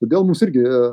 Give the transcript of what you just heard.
todėl mums irgi